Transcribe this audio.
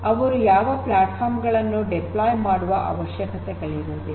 ಅವರು ಯಾವ ಪ್ಲಾಟ್ಫಾರ್ಮ್ ಗಳನ್ನು ಡಿಪ್ಲೋಯ್ ಮಾಡುವ ಅವಶ್ಯಕತೆಗಳಿರುವುದಿಲ್ಲ